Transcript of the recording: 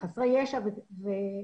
בחסרי ישע וכדומה,